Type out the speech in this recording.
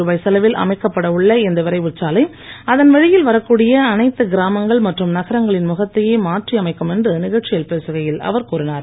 ருபாய் செலவில் அமைக்கப்பட உள்ள இந்த விரைவுச் சாலை அதன் வழியில் வரக்கூடிய அனைத்து கிராமங்கள் மற்றும் நகரங்கள் முகத்தையே மாற்றி அமைக்கும் என்று நிகழ்ச்சியில் பேசுகையில் அவர் கூறினார்